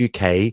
UK